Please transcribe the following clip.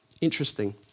Interesting